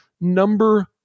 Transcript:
number